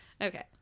Okay